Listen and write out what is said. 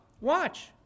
Watch